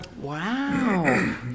Wow